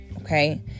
okay